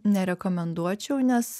nerekomenduočiau nes